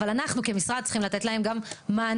אבל אנחנו כמשרד צריכים לתת להם גם מענה,